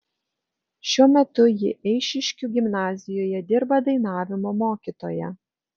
šiuo metu ji eišiškių gimnazijoje dirba dainavimo mokytoja